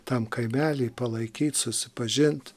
tam kaimely palaikyt susipažint